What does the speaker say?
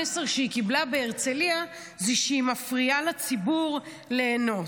המסר שהיא קיבלה בהרצליה זה שהיא מפריעה לציבור ליהנות,